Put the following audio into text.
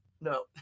no